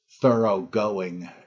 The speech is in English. thoroughgoing